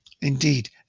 Indeed